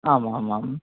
आम् आम् आम्